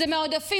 זה מעודפים.